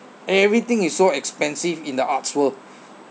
everything is so expensive in the arts world